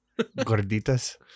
Gorditas